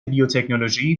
بیوتکنولوژی